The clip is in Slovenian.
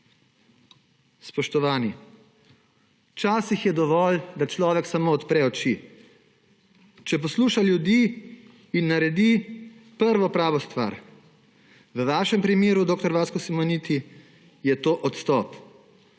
Spoštovan! Včasih je dovolj, da človek samo odpre oči, če posluša ljudi in naredi prvo pravo stvar. V vašem primeru, dr. Vasko Simoniti, je to odstop.